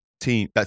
team